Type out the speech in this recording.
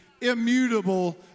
immutable